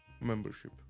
membership